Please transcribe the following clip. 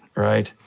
right?